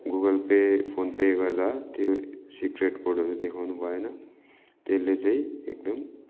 Google pay phone pay गर्दा त्यो secret कोडहरू देखाउनु भएन त्यसले चाहिँ एकदम